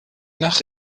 nach